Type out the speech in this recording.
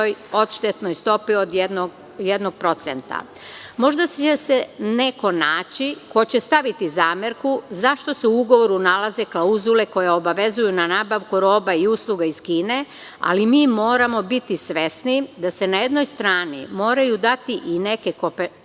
odštetnoj stopi od 1%.Možda će se neko naći ko će staviti zamerku zašto se u ugovoru nalaze klauzule koje obavezuju na nabavku roba i usluga iz Kine, ali mi moramo biti svesni da se na jednoj strani moraju dati i neke kompenzacije